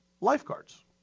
lifeguards